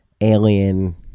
alien